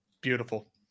Beautiful